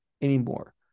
anymore